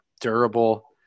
durable